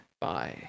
Bye